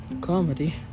comedy